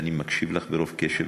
ואני מקשיב לך ברוב קשב.